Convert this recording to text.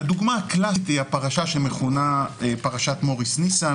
הדוגמה הקלאסית היא הפרשה שמכונה פרשת מוריס ניסן